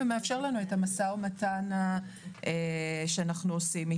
אני כמרוויח אומר שהסעיף הזה צריך להימחק מהיסוד.